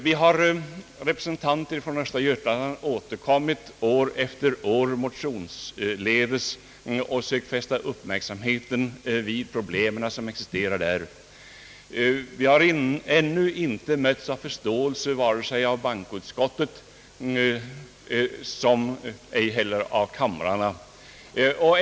Vi representanter från östra Götaland har år efter år återkommit motionsledes och sökt fästa uppmärk samheten vid de problem som existerar där. Vi har ännu inte mötts av förståelse vare sig av bankoutskottet eller av kamrarna.